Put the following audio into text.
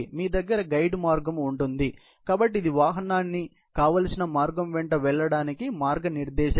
మీ దగ్గర గైడ్ మార్గం ఉంటుంది కాబట్టి ఇది వాహనాన్నికావాల్సిన మార్గం వెంట వెళ్ళడానికి మార్గనిర్దేశం చేస్తుంది